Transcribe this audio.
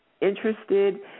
interested